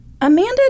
Amanda